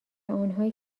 آنهایی